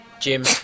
Jim